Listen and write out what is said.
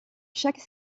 chaque